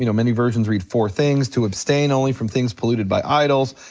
you know many versions read four things to abstain only from things polluted by idols,